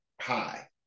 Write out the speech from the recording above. hi